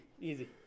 Easy